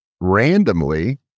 randomly